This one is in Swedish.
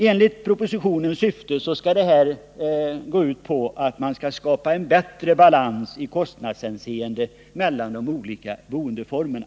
Enligt propositionens syfte skulle härigenom skapas en bättre balans i kostnadshänseende mellan de olika boendeformerna.